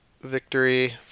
victory